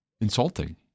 insulting